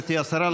גברתי השרה,